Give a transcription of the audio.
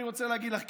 אני רוצה להגיד לך,